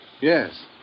Yes